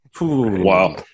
Wow